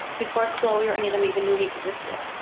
before khloe or any of them even knew he existed.